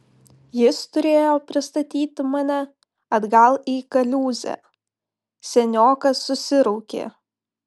jis turėjo pristatyti mane atgal į kaliūzę seniokas susiraukė